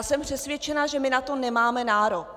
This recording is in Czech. Jsem přesvědčena, že na to nemáme nárok!